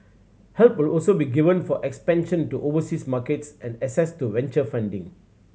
help will also be given for expansion to overseas markets and access to venture funding